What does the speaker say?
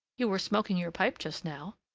you were smoking your pipe just now.